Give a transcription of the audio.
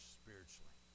spiritually